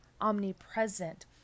omnipresent